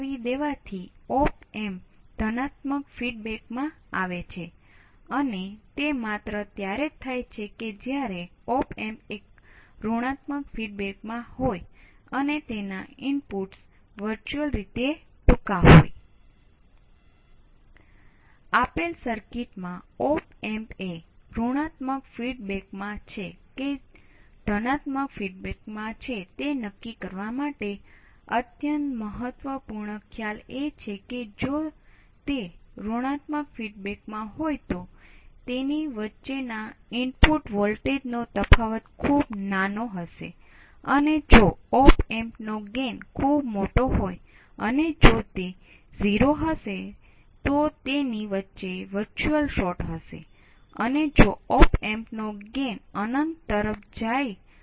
તેથી આ તેના વિશેના અમુક મુદ્દાઓ છે અને તમે બધા ઓપ એમ્પસ માં હોય અને તમારે એ બાબતની ખાતરી કરવા માટે સક્ષમ હોવા જરૂરી હોય છે કે ખરેખર તે આવું જ છે